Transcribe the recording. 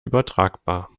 übertragbar